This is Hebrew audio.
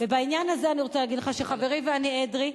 ובעניין הזה אני רוצה להגיד לך שחברי אדרי ואני,